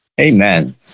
Amen